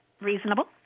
reasonable